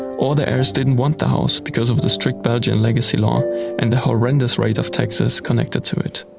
or the heirs did not and want the house because of the strict belgian legacy law and the horrendous rate of taxes connected to it.